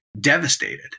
devastated